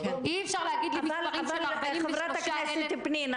אי אפשר להגיד למספרים של 43,000 --- חברת הכנסת פנינה,